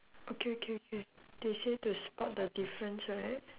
okay okay okay they say to spot the difference right